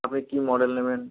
আপনি কী মডেল নেবেন